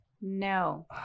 no